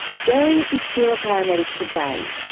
gerry is still a paramedic today.